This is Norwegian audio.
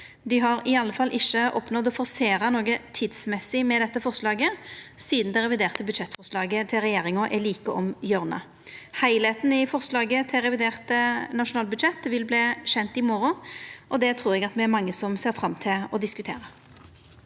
Dei har i alle fall ikkje oppnådd å forsera noko tidsmessig med dette forslaget, sidan det reviderte budsjettforslaget til regjeringa er like om hjørnet. Heilskapen i forslaget til revidert nasjonalbudsjett vil verta kjent i morgon, og det trur eg me er mange som ser fram til å diskutera.